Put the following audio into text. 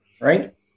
right